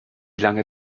lange